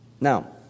Now